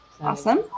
Awesome